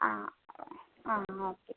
ആ ആ ഓക്കെ